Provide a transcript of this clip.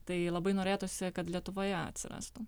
tai labai norėtųsi kad lietuvoje atsirastų